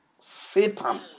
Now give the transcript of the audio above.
Satan